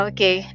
Okay